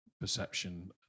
perception